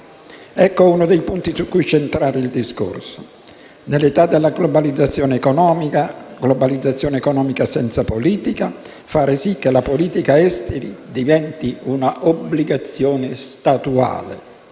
Ecco uno dei punti su cui centrare il discorso. Nell'età della globalizzazione economica, globalizzazione economica senza politica, fare sì che la politica estera diventi una obbligazione statuale.